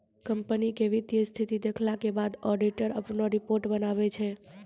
company के वित्तीय स्थिति देखला के बाद ऑडिटर अपनो रिपोर्ट बनाबै छै